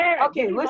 okay